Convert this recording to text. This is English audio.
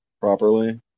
properly